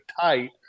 tight